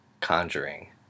Conjuring